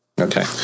Okay